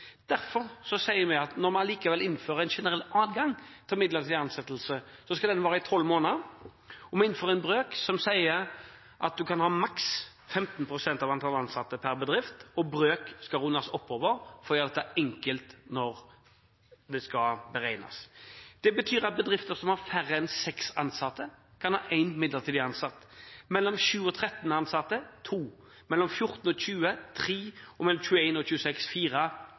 Derfor sier vi at når vi likevel innfører en generell adgang til midlertidig ansettelse, skal denne vare i tolv måneder, og vi innfører en brøk der en kan ha maksimalt 15 pst. av antall ansatte per bedrift, og brøken skal rundes oppover for å gjøre det enkelt når dette skal beregnes. Det betyr at bedrifter som har færre enn seks ansatte, kan ha én midlertidig ansatt, bedrifter med mellom 7 og 13 ansatte kan ha to midlertidig ansatte, bedrifter med mellom 14 og 20 ansatte kan ha tre, og bedrifter med mellom 21 og